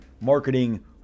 marketing